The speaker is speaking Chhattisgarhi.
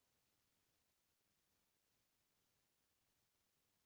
मोर करजा के कतका किस्ती हे?